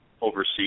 overseas